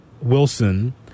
Wilson